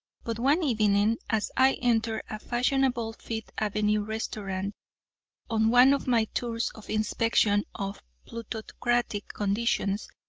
but one evening as i entered a fashionable fifth avenue restaurant on one of my tours of inspection of plutocratic conditions,